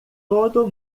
todo